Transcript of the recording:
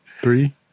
Three